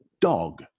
dog